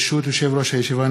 ברשות יושב-ראש הישיבה,